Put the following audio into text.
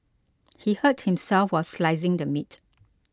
he hurt himself while slicing the meat